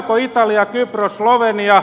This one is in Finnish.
tuleeko italia kypros slovenia